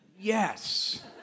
yes